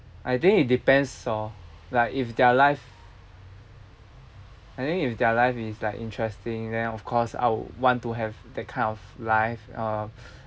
I think it depends orh like if their life I think if their life is like interesting then of course I'll want to have that kind of life uh